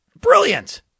Brilliant